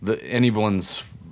anyone's